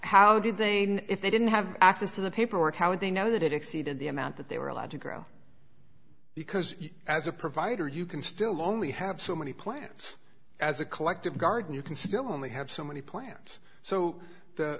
how did they if they didn't have access to the paperwork how would they know that it exceeded the amount that they were allowed to go because as a provider you can still only have so many plants as a collective garden you can still only have so many plants so